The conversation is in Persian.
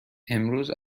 امروز